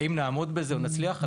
האם אנחנו נעמוד בזה ונצליח?